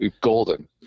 Golden